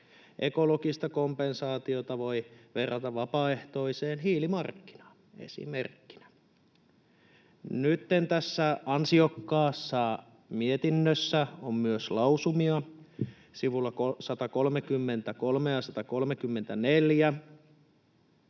Ekologista kompensaatiota voi verrata vapaaehtoiseen hiilimarkkinaan esimerkiksi. Nytten tässä ansiokkaassa mietinnössä on myös lausumia, sivuilla 133 ja 134.